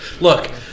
Look